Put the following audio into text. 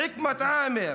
חכמת עאמר,